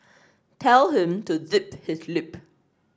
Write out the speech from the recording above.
tell him to zip his lip